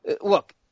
look